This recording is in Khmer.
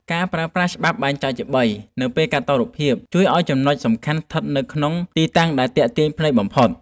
ការប្រើប្រាស់ ច្បាប់បែងចែកជាបី នៅពេលកាត់តរូបភាព ជួយឱ្យចំណុចសំខាន់ស្ថិតនៅក្នុងទីតាំងដែលទាក់ទាញភ្នែកបំផុត។